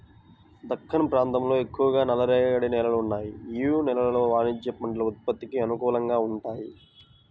దక్కన్ ప్రాంతంలో ఎక్కువగా నల్లరేగడి నేలలు ఉన్నాయి, యీ నేలలు వాణిజ్య పంటల ఉత్పత్తికి అనుకూలంగా వుంటయ్యి